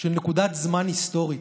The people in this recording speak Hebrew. של תקופת זמן היסטורית,